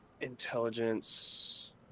Intelligence